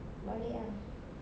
balik ah